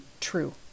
true